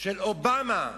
של אובמה,